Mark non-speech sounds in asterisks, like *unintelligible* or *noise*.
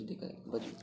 *unintelligible*